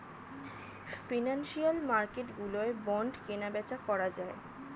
financial মার্কেটগুলোয় bond কেনাবেচা করা যায়